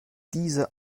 diese